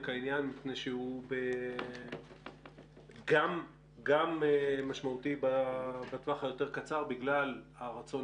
העניין מפני שהוא גם משמעותי בטווח היותר קצר בגלל הרצון